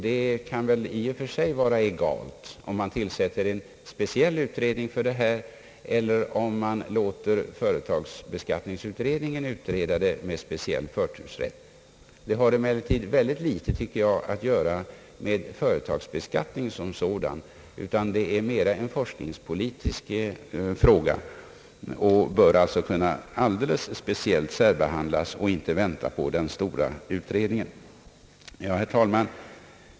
Det kan väl i och för sig vara egalt om man tillsätter en speciell utredning för detta eller om man låter företagsbeskattningsutredningen utreda detta problem med speciell förtursrätt. Jag tycker emellertid att det har väldigt litet att göra med företagsbeskattningen som sådan, utan det är mera en forskningspolitisk fråga. Den bör alltså alldeles speciellt kunna särbehandlas utan att behöva vänta på den stora utredningen. Herr talman!